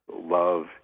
Love